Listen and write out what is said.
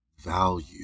Value